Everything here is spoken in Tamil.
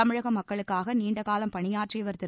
தமிழக மக்களுக்காக நீண்ட காலம் பணியாற்றியவர் திரு